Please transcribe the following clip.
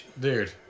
dude